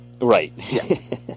Right